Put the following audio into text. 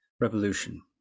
revolution